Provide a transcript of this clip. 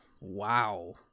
Wow